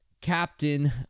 captain